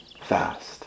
fast